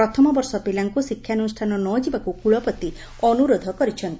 ପ୍ରଥମ ବର୍ଷ ପିଲାଙ୍କୁ ଶିକ୍ଷାନୁଷାନ ନ ଯିବାକୁ କୁଳପତି ଅନୁରୋଧ କରିଛନ୍ତି